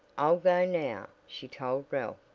i'll go now, she told ralph,